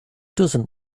doesn’t